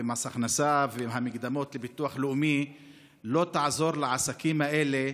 מס הכנסה והמקדמות לביטוח לאומי לא תעזור לעסקים האלה,